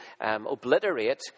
obliterate